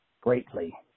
greatly